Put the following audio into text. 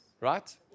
right